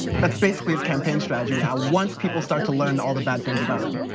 that's basically his campaign strategy now once people start to learn all the bad things about him.